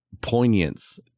poignance